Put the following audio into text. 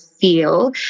feel